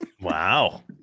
Wow